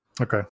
Okay